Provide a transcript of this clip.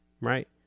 Right